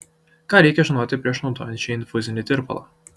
ką reikia žinoti prieš naudojant šį infuzinį tirpalą